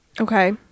Okay